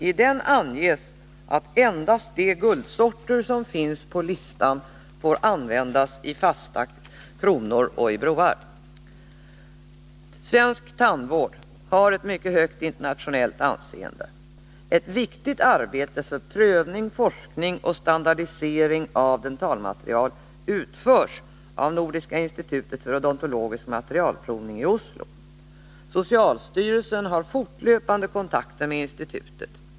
I denna anges att endast de guldsorter som finns på listan får användas i fasta kronor och broar. Svensk tandvård har ett mycket högt internationellt anseende. Ett viktigt arbete för prövning, forskning och standardisering av dentalmaterial utförs av Nordiska institutet för odontologisk materialprovning i Oslo. Socialstyrelsen har fortlöpande kontakter med institutet.